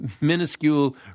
minuscule